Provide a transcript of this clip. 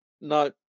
No